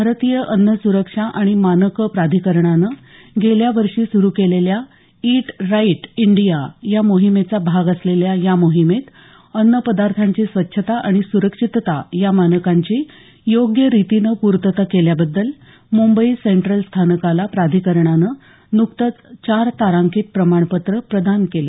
भारतीय अन्न सुरक्षा आणि मानकं प्राधिकरणानं गेल्या वर्षी सुरू केलेल्या इट राईट इंडिया मोहिमेचा भाग असलेल्या या मोहिमेत अन्न पदार्थांची स्वच्छता आणि स्रक्षितता या मानकांची योग्य रीतीनं पूर्तता केल्याबद्दल मुंबई सेंटूल स्थानकाला प्राधिकरणानं नुकतंच चार तारांकित प्रमाणपत्र प्रदान केलं